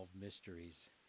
mysteries